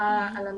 את